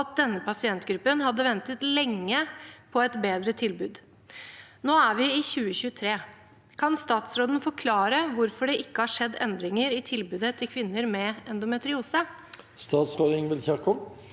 at denne pasientgruppen hadde ventet lenge på et bedre tilbud. Nå er vi i 2023. Kan statsråden forklare hvorfor det ikke har skjedd endringer i tilbudet til kvinner med endometriose?» Statsråd Ingvild Kjerkol